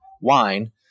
wine